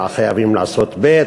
חייבים לעשות ב',